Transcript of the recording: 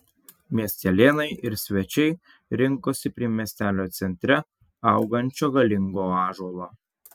miestelėnai ir svečiai rinkosi prie miestelio centre augančio galingo ąžuolo